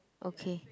okay